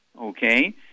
Okay